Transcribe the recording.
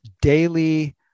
daily